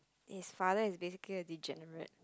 his father is basically a degenerate